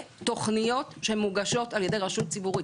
תוכניות שמוגשות על ידי ראשות ציבורית.